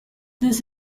this